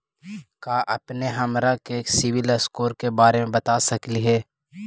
का अपने हमरा के सिबिल स्कोर के बारे मे बता सकली हे?